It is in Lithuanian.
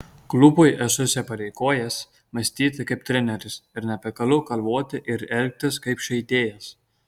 klubui esu įsipareigojęs mąstyti kaip treneris ir nebegaliu galvoti ir elgtis kaip žaidėjas